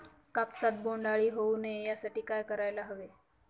कापसात बोंडअळी होऊ नये यासाठी काय करायला हवे?